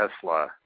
Tesla